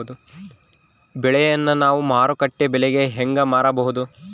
ಬೆಳೆಯನ್ನ ನಾವು ಮಾರುಕಟ್ಟೆ ಬೆಲೆಗೆ ಹೆಂಗೆ ಮಾರಬಹುದು?